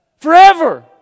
Forever